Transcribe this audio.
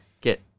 get